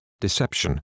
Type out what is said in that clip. deception